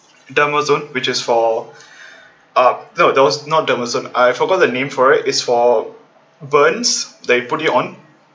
dermazone which is for uh that was no not dermazone uh I forgot the name for it it's for burns that they put you on